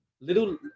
little